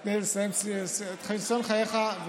את ניסיון חייך,